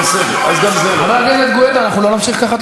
אז אני לא יכול להיות בוועדות הכנסת.